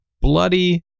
bloody